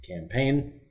campaign